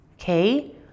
okay